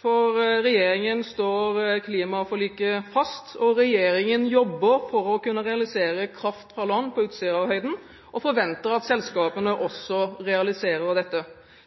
For regjeringen står klimaforliket fast. Regjeringen jobber for å kunne realisere kraft fra land på Utsirahøyden og forventer at selskapene også realiserer dette.